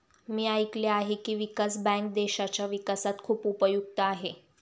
मी ऐकले आहे की, विकास बँक देशाच्या विकासात खूप उपयुक्त आहे